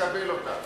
יקבל אותה.